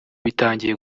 bitangiye